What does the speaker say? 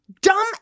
dumb